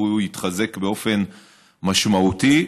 שהוא יתחזק באופן משמעותי,